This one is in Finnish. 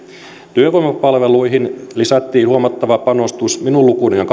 työvoimapalveluihin lisättiin huomattava panostus minun lukuni on